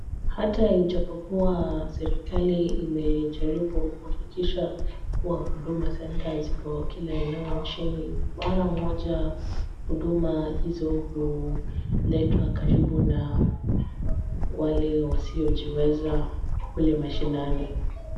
Hata ijapokuwa serikali imejaribu kuhakikisha kuwa Huduma Center ziko kila eneo nchini mara moja huduma hizo huletwa karibu na wale wasiojiweza kule mashinani.